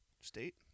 State